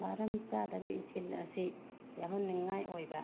ꯃꯔꯝ ꯆꯥꯗꯕ ꯏꯊꯤꯜ ꯑꯁꯤ ꯌꯥꯎꯍꯟꯅꯤꯡꯉꯥꯏ ꯑꯣꯏꯕ